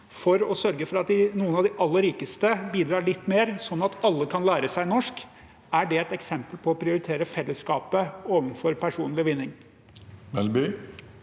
for å sørge for at noen av de aller rikeste bidrar litt mer sånn at alle kan lære seg norsk, er et eksempel på å prioritere fellesskapet framfor personlig vinning?